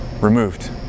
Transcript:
Removed